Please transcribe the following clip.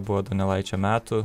buvo donelaičio metų